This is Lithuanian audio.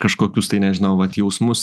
kažkokius tai nežinau vat jausmus